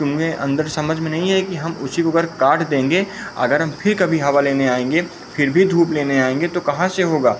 तुम्हें अंदर समझ में नहीं है कि हम उसी को अगर काट देंगे अगर हम फिर कभी हवा लेने आएंगे फिर भी धूप लेने आएंगे तो कहाँ से होगा